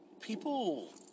people